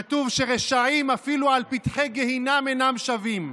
כתוב שרשעים אפילו על פתחי גיהינום אינם שבים.